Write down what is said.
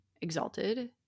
exalted